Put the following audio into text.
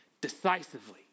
decisively